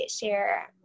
share